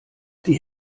die